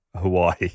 Hawaii